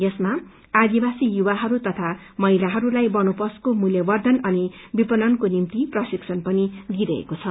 यसमा आदिवासी युवाहरू तथा महिलाहरूलाई बनोपजको मूल्यवर्धन अनि विपणनको निम्ति प्रशिक्षण पनि दिइरेछ